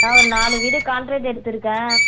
நான் ஒரு நாலு வீடு கான்ட்ரக்ட் எடுத்திருக்கேன்